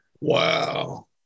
Wow